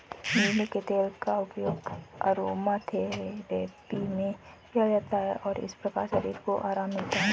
नींबू के तेल का उपयोग अरोमाथेरेपी में किया जाता है और इस प्रकार शरीर को आराम मिलता है